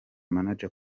manager